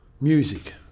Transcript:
music